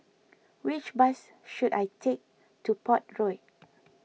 which bus should I take to Port Road